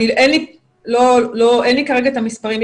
אין לי כרגע מספרים.